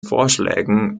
vorschlägen